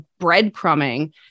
breadcrumbing